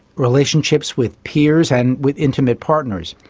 relationships with peers and with intimate partners.